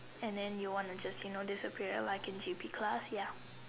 and then you want just you know disappear like in G_P class ya